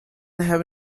have